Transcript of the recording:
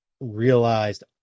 realized